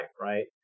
Right